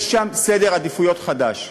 יש כאן סדר עדיפויות חדש.